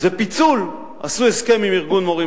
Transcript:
עם פיצול: עשו הסכם עם ארגון מורים